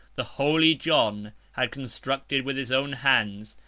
the holy john had constructed, with his own hands,